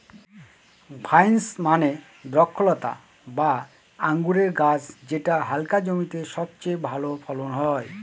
vines মানে দ্রক্ষলতা বা আঙুরের গাছ যেটা হালকা জমিতে সবচেয়ে ভালো ফলন হয়